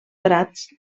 prats